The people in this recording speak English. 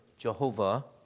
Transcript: Jehovah